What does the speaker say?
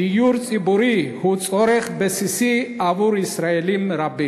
דיור ציבורי הוא צורך בסיסי עבור ישראלים רבים.